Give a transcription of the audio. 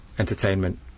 entertainment